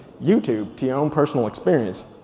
youtube to your own personal experience.